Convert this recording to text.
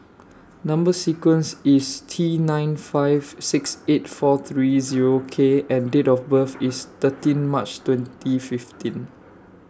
Number sequence IS T nine five six eight four three Zero K and Date of birth IS thirteen March twenty fifteen